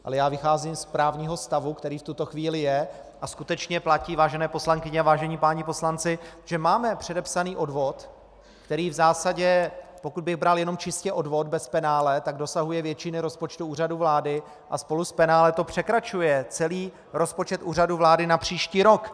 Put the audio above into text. Ale já vycházím z právního stavu, který v tuto chvíli je, a skutečně platí, vážené poslankyně a vážení páni poslanci, že máme předepsaný odvod, který v zásadě, pokud bych bral jenom čistě odvod bez penále, dosahuje většiny rozpočtu Úřadu vlády, a spolu s penále to překračuje celý rozpočet úřadu vlády na příští rok.